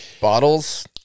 bottles